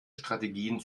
strategien